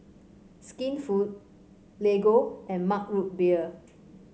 Skinfood Lego and Mug Root Beer